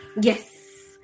Yes